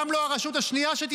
גם לא הרשות השנייה,